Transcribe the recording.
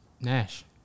Nash